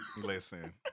Listen